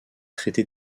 traiter